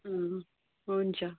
अँ हुन्छ